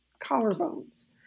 collarbones